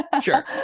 Sure